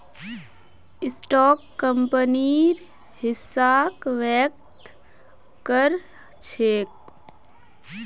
stock कंपनीर हिस्साक व्यक्त कर छेक